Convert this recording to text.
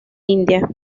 india